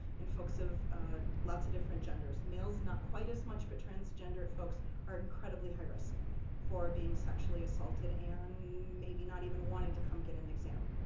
and folks of lots of different genders. males not quite as much, but transgender folks are incredibly high risk for being sexually assaulted, and maybe not even wanting to come get an exam,